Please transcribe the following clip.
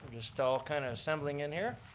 just all kind of assembling in here.